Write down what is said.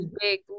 big